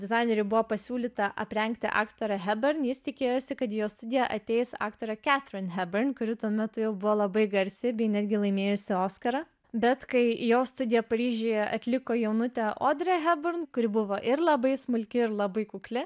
dizaineriui buvo pasiūlyta aprengti aktorę hebern jis tikėjosi kad į jo studiją ateis aktorė kefrin hebern kuri tuo metu jau buvo labai garsi bei netgi laimėjusi oskarą bet kai į jo studiją paryžiuje atliko jaunutė odrė heburn kuri buvo ir labai smulki ir labai kukli